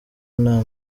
nta